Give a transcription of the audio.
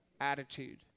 attitude